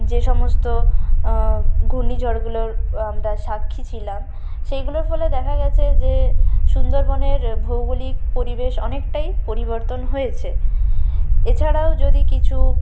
যে সমস্ত ঘূর্ণিঝড়গুলোর আমরা সাক্ষী ছিলাম সেইগুলোর ফলে দেখা গেছে যে সুন্দরবনের ভৌগোলিক পরিবেশ অনেকটাই পরিবর্তন হয়েছে এছাড়াও যদি কিছু